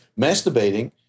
masturbating